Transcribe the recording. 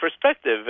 perspective